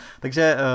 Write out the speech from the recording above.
Takže